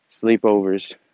sleepovers